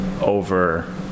over